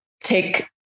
take